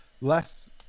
less